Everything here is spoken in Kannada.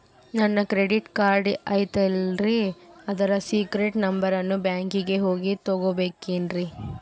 ನನ್ನ ಕ್ರೆಡಿಟ್ ಕಾರ್ಡ್ ಐತಲ್ರೇ ಅದರ ಸೇಕ್ರೇಟ್ ನಂಬರನ್ನು ಬ್ಯಾಂಕಿಗೆ ಹೋಗಿ ತಗೋಬೇಕಿನ್ರಿ?